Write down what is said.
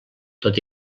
tot